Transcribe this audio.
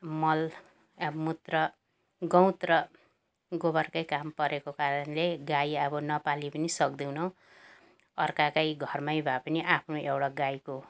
मल अब मूत्र गहुँत र गोबरकै काम परेको कारणले गाई अब नपाली पनि सक्दैनौँ अर्काकै घरमै भए पनि आफ्नो एउटा गाईको